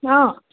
অঁ